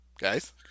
Guys